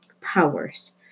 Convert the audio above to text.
powers